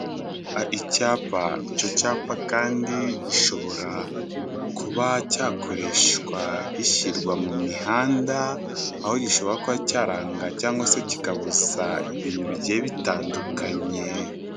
Icyapa, icyo cyapa kandi gishobora kuba cyakoreshwa gishyirwa mu mihanda, aho gishobora kuba cyaranga cyangwa se kikabuza ibintu bigiye bitandukanye.